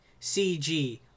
cg